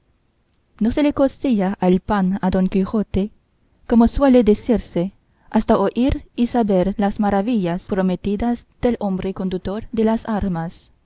no se le cocía el pan a don quijote como suele decirse hasta oír y saber las maravillas prometidas del hombre condutor de las armas